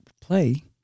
play